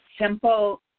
simple